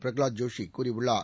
Pralhad ஜோஷிகூறியுள்ளார்